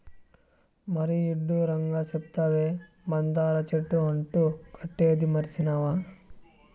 మరీ ఇడ్డూరంగా సెప్తావే, మందార చెట్టు అంటు కట్టేదీ మర్సినావా